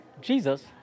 Jesus